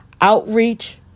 Outreach